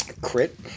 Crit